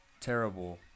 terrible